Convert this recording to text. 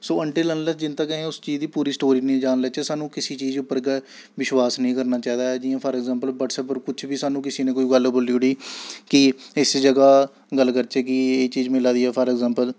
सो until unless जिन्न तक्क असें गी उस चीज दी पूरी स्टोरी निं जान्नी लैचै सानूं किसी चीज उप्पर गै विश्वास नेईं करना चाहिदा ऐ जि'यां फार अग्जैंपल ब्हटसैप उप्पर कुछ बी सानूं किसी ने कोई गल्ल बोल्ली ओड़ी कि इस ज'गा गल्ल करचै कि चीज मिला दी ऐ फार अग्जैम्पल